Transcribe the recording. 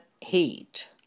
heat